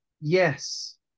yes